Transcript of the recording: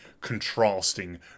contrasting